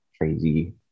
crazy